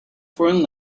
foreign